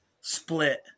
split